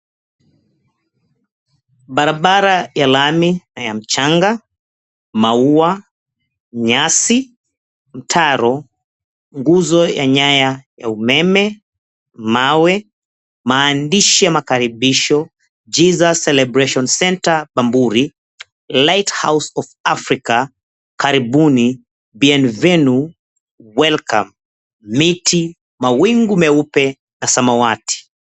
Barabara ya lami na ya mchanga, maua, nyasi, mtaro, nguzo ya nyaya ya umeme, mawe. Maandishi ya makaribisho, "Jesus Celebration Centre, Bamburi. Lighthouse of Africa, Karibuni, Bienvenue, Welcome", miti, mawingu meupe ya samawati.